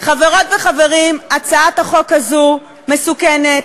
חברות וחברים, הצעת החוק הזאת מסוכנת.